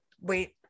wait